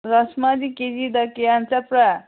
ꯔꯥꯖꯃꯥꯗꯤ ꯀꯦꯖꯤꯗ ꯀꯌꯥ ꯆꯠꯄ꯭ꯔ